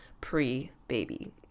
pre-baby